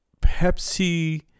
Pepsi